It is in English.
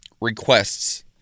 requests